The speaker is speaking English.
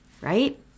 Right